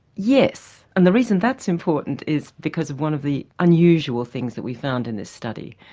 yes, and the reason that's important is because of one of the unusual things that we found in this study.